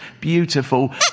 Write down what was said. beautiful